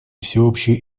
всеобщей